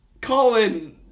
Colin